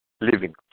living